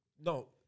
No